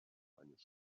eines